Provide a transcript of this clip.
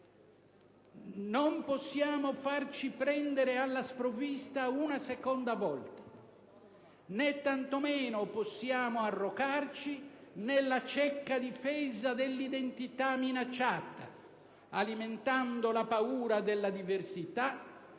Non possiamo farci prendere alla sprovvista una seconda volta, né tanto meno possiamo arroccarci nella cieca difesa dell'identità minacciata alimentando la paura della diversità